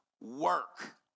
work